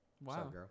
Wow